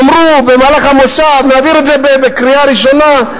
אז אמרו במהלך המושב: נעביר את זה בקריאה ראשונה,